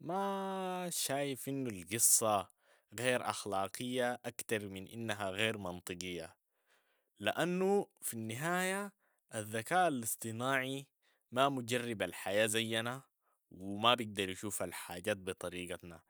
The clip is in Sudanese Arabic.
ما شايف انو القصة غير اخلاقية اكتر من انها غير منطقية، لانو في النهاية الذكاء الاصطناعي ما مجرب الحياة زينا و ما بيقدر يشوف الحاجات بطريقتنا،